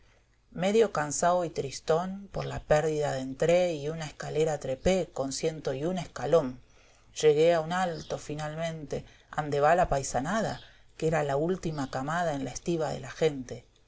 medio cansao y tristón por la pérdida dentré y una escalera trepé con ciento y un escalón llegué a un alto finalmente ande va la pai sanada que era la última camada en la estiba de la gente